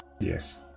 Yes